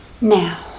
Now